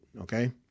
okay